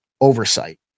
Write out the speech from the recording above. oversight